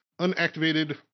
unactivated